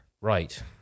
Right